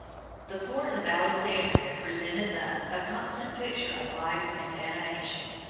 the port of alexandria presented thus a constant picture of life and animation.